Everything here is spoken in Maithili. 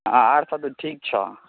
हँ आओर सब तऽ ठीक छऽ